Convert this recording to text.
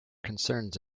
concerns